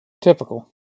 Typical